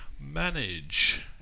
manage